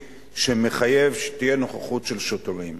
שמחייב שתהיה נוכחות של שוטרים סמויים,